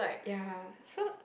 ya so